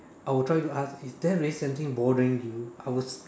I would try to ask is there really something bothering you I would